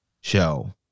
show